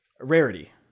Rarity